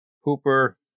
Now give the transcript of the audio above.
Hooper